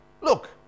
Look